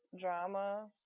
drama